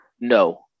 No